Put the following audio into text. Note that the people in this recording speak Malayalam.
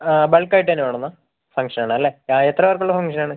ബൾക്ക് ആയിട്ട് തന്നെ വേണമെന്നാണോ ഫംഗ്ഷനാണല്ലേ ആ എത്ര പേർക്കുള്ള ഫംഗ്ഷനാണ്